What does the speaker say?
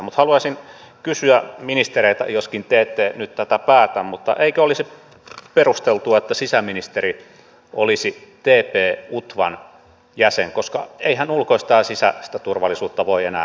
mutta haluaisin kysyä ministereiltä joskaan te ette nyt tätä päätä eikö olisi perusteltua että sisäministeri olisi tp utvan jäsen koska eihän ulkoista ja sisäistä turvallisuutta voi enää erottaa toisistaan